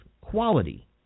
quality